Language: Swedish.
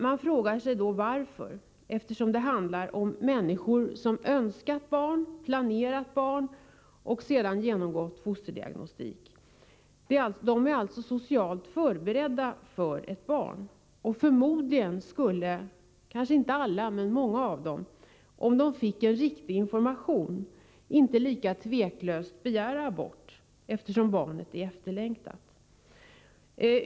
Man frågar sig varför, eftersom det handlar om människor som önskat barn, planerat barn och sedan genomgått fosterdiagnostik. De är alltså socialt förberedda för ett barn. Förmodligen skulle kanske inte alla men många av dem, om de fick en riktig information, inte lika tveklöst begära abort, eftersom barnet är efterlängtat.